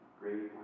great